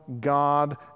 God